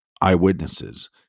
eyewitnesses